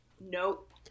nope